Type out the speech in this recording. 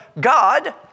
God